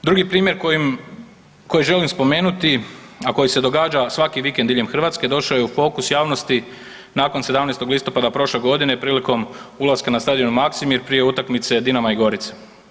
Drugi primjer koji želim spomenuti, a koji se događa svaki vikend diljem Hrvatske došao je u fokus javnosti nakon 17. listopada prošle godine prilikom ulaska na stadion Maksimir prije utakmice Dinama i Gorice.